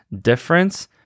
difference